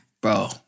Bro